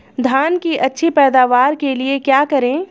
धान की अच्छी पैदावार के लिए क्या करें?